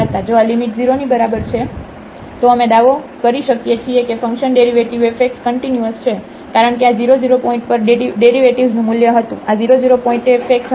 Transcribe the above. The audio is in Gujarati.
જો આ લિમિટ 0 ની બરાબર છે તો અમે દાવો કરી શકીએ છીએ કે function derivative f x continuous છે કારણ કે આ 0 0 પોઇન્ટ પર ડેરિવેટિવ્ઝ મૂલ્ય હતું આ 0 0 પોઇન્ટએ f x હતું